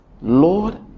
Lord